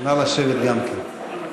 נא לשבת גם כן.